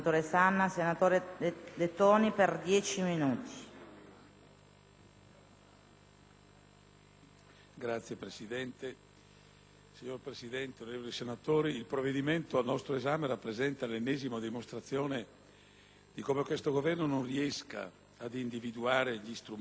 *(IdV)*. Signora Presidente, onorevoli senatori, il provvedimento al nostro esame rappresenta l'ennesima dimostrazione di come questo Governo non riesca ad individuare gli strumenti necessari per far fronte con efficacia alle urgenze e alle vere necessità del Paese.